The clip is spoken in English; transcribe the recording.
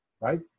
right